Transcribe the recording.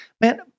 man